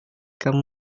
kamu